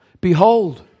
behold